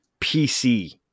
PC